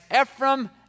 Ephraim